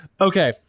Okay